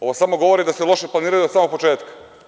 Ovo samo govori da ste loše planirali od samog početka.